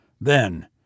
Then